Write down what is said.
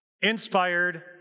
inspired